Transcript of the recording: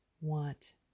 want